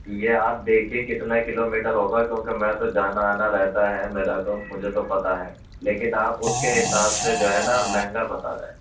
یہ آپ دیکھیے کتنے کلو میٹر ہوگا کیونکہ میں تو جانا آنا رہتا ہے میرا تو مجھے تو پتہ ہے لیکن آپ اس کے حساب سے جو ہے نا مہنگا بتا رہے ہیں